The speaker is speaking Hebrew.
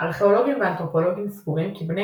ארכאולוגים ואנתרופולוגים סבורים כי בני